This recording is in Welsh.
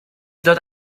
ddod